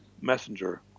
messenger